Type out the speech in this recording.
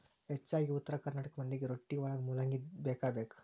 ಹೆಚ್ಚಾಗಿ ಉತ್ತರ ಕರ್ನಾಟಕ ಮಂದಿಗೆ ರೊಟ್ಟಿವಳಗ ಮೂಲಂಗಿ ಬೇಕಬೇಕ